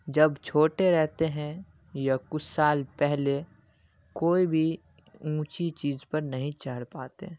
جب چھوٹے رہتے ہیں یا کچھ سال پہلے کوئی بھی اونچی چیز پر نہیں چڑھ پاتے